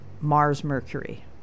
Mars-Mercury